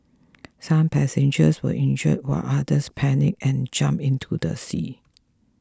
some passengers were injured while others panicked and jumped into the sea